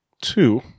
two